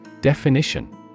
Definition